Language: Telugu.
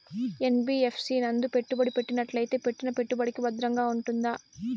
యన్.బి.యఫ్.సి నందు పెట్టుబడి పెట్టినట్టయితే పెట్టిన పెట్టుబడికి భద్రంగా ఉంటుందా?